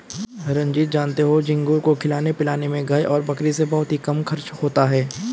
रंजीत जानते हो झींगुर को खिलाने पिलाने में गाय और बकरी से बहुत ही कम खर्च होता है